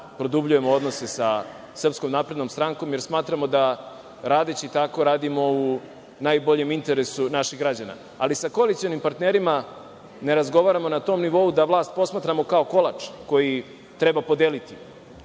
produbljujemo odnose sa SNS, jer smatramo da radeći tako, radimo u najboljem interesu naših građana. Ali, sa koalicionim partnerima ne razgovaramo na tom nivou da vlast posmatramo kao kolač koji treba podeliti,